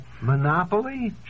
Monopoly